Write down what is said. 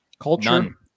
Culture